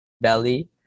belly